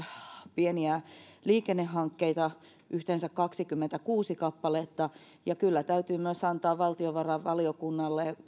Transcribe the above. pieniä liikennehankkeita yhteensä kaksikymmentäkuusi kappaletta ja kyllä täytyy myös antaa valtiovarainvaliokunnalle